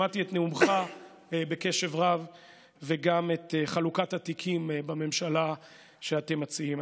שמעתי את נאומך בקשב רב וגם את חלוקת התיקים בממשלה שאתם מציעים.